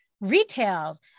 retails